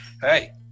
Hey